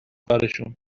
کارشون